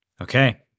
Okay